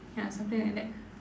ya something like that